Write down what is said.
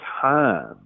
time